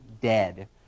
dead